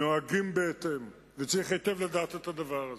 נוהגים בהתאם, וצריך לדעת היטב את הדבר הזה.